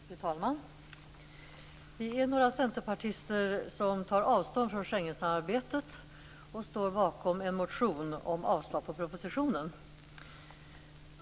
Fru talman! Vi är några centerpartister som tar avstånd från Schengensamarbetet, och vi står bakom en motion om avslag på propositionen.